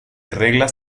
reglas